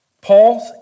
Paul's